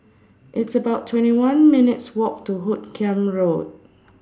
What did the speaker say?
It's about twenty one minutes' Walk to Hoot Kiam Road